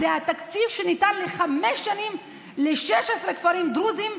זה התקציב שניתן לחמש שנים ל-16 כפרים דרוזיים,